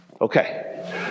okay